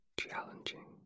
challenging